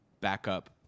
backup